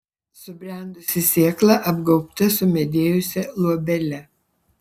subrendusi sėkla apgaubta sumedėjusia luobele